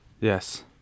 Yes